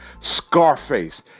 scarface